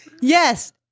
yes